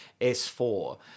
S4